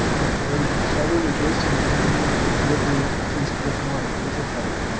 on erosion. so i wonder jason if you, if your group tends to look more at basal cover.